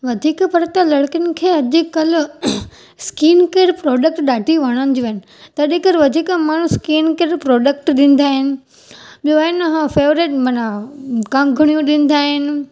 वधीक करे त लड़कियुनि खे अॼु कल्ह स्किन केर प्रोडक्ट ॾाढी वणंदियूं आहिनि तॾहिं करे वधीक माण्हू स्किन केर प्रोडक्ट ॾींदा आहिनि ॿियो एन फेविरेट मना कंगणियूं ॾींदा आहिनि